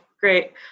Great